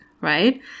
right